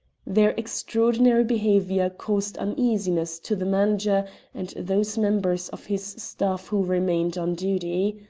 their extraordinary behaviour caused uneasiness to the manager and those members of his staff who remained on duty.